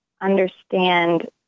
understand